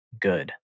good